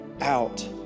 out